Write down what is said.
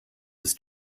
ist